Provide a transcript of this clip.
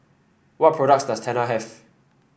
what products does Tena have